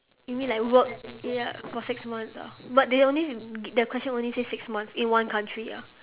you mean like work ya for six months ah but they only the question only say six months in one country ya